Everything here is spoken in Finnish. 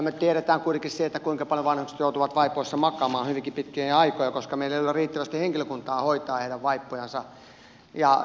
me tiedämme kuitenkin kuinka paljon vanhukset joutuvat vaipoissa makaamaan hyvinkin pitkiä aikoja koska meillä ei ole riittävästi henkilökuntaa hoitaa heidän vaippojansa